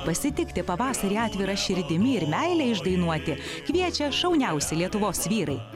pasitikti pavasarį atvira širdimi ir meilę išdainuoti kviečia šauniausi lietuvos vyrai